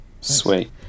Sweet